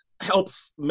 helps